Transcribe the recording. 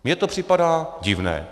Mně to připadá divné.